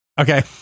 Okay